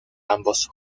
ambos